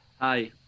Hi